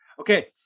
Okay